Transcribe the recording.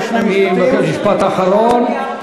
אני מבקש משפט אחרון,